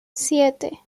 siete